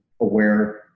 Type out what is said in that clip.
aware